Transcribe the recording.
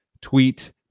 tweet